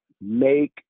make